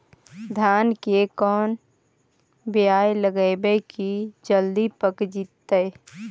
धान के कोन बियाह लगइबै की जल्दी पक जितै?